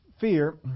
fear